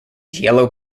yellow